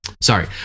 Sorry